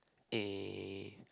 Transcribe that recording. eh